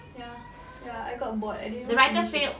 ya ya I got bored I didn't even want to finish it